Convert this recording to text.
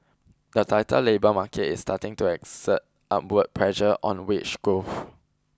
the tighter labour market is starting to exert upward pressure on wage growth